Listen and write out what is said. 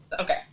okay